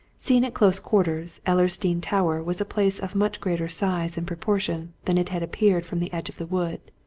seen at close quarters ellersdeane tower was a place of much greater size and proportion than it had appeared from the edge of the wood,